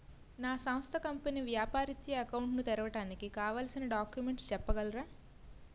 నా సంస్థ కంపెనీ వ్యాపార రిత్య అకౌంట్ ను తెరవడానికి కావాల్సిన డాక్యుమెంట్స్ చెప్పగలరా?